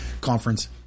Conference